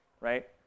Right